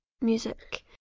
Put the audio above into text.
music